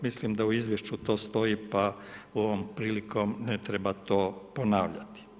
Mislim da u izvješću to stoji pa ovom prilikom ne treba to ponavljati.